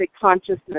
consciousness